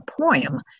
poem